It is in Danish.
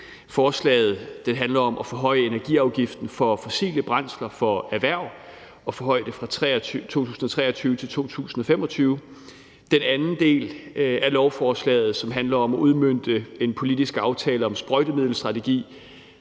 Forslaget handler om at forhøje energiafgiften for fossile brændsler for erhverv og forhøje den fra 2023 til 2025. Den anden del af lovforslaget, som handler om at udmønte en politisk aftale om sprøjtemiddelstrategi,